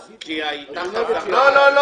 בר-אל,